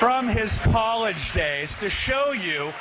from his college days to show you